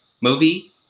movie